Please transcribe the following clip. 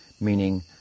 meaning